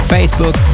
Facebook